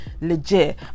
Legit